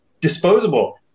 disposable